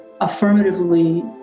affirmatively